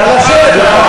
נא לשבת.